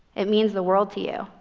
it means the world to you.